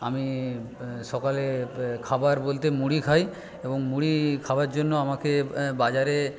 আমি সকালে খাবার বলতে মুড়ি খাই এবং মুড়ি খাওয়ার জন্য আমাকে বাজারে